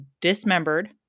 dismembered